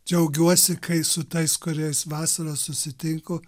džiaugiuosi kai su tais kuriais vasarą susitinku